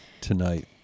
tonight